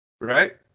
Right